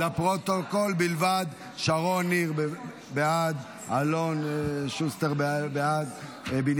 להלן תוצאות ההצבעה: 27 בעד, אין